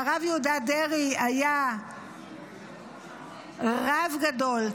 והרב יהודה דרעי היה רב גדול,